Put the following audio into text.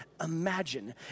imagine